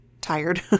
tired